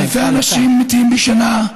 אלפי אנשים מתים בשנה,